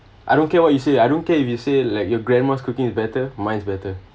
I don't care what you say I don't care if you say like your grandma's cooking is better mine's better